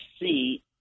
see